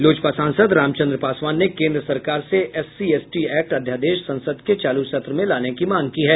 लोजपा सांसद रामचन्द्र पासवान ने केंद्र सरकार से एससी एसटी एक्ट अध्यादेश संसद के चालू सत्र में लाने की मांग की है